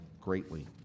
greatly